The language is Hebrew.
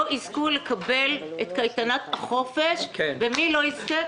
לא יזכו לקבל את קייטנת החופש ומי לא יזכה?